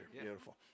Beautiful